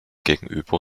gegenüber